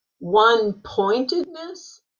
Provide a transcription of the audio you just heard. one-pointedness